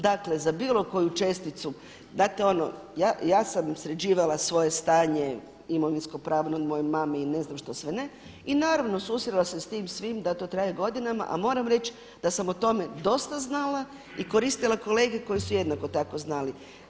Dakle, za bilo koju česticu znate ono, ja sam sređivala svoje stanje imovinskopravno od moje mame i ne znam što sve ne, i naravno susrela se s tim svim da to traje godinama, a moram reći da sam o tome dosta znala i koristila kolege koji su jednako tako znali.